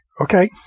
Okay